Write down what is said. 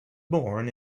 born